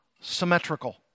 symmetrical